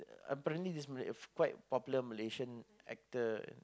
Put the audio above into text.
apparently this Malay quite popular Malaysian actor